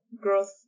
growth